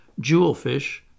jewelfish